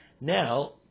now